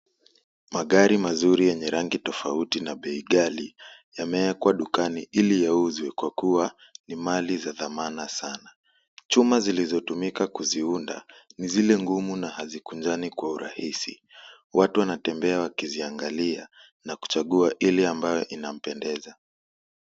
Magari mazuri yenye rangi tofauti na bei ghali, yameekwa dukani ili yauzwe kwa kuwa ni mali za thamana sana. Chuma zilizotumika kuziunda ni zile ngumu na hazikunjani kwa urahisi. Watu wanatembea wakiziangalia na kuchagua ile ambayo inampendeza.